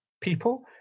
people